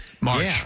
March